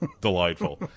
delightful